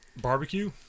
barbecue